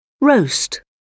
roast